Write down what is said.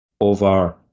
over